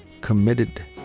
Committed